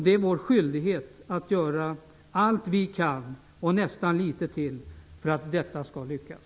Det är vår skyldighet att göra allt vi kan och nästan litet till för att detta skall lyckas.